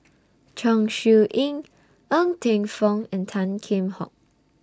Chong Siew Ying Ng Teng Fong and Tan Kheam Hock